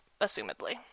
assumedly